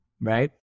right